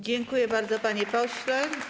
Dziękuję bardzo, panie pośle.